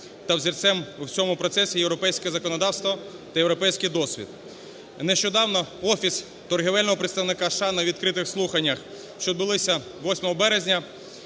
та взірцем в цьому процесі - європейське законодавство та європейський досвід. Нещодавно Офіс торгівельного представника США на відкритих слуханнях, що відбулися 8 березня,